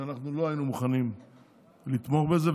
ואנחנו לא היינו מוכנים לתמוך בזה,